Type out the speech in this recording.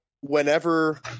whenever